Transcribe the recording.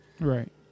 Right